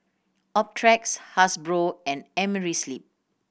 Optrex Hasbro and Amerisleep